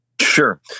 Sure